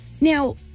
Now